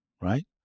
right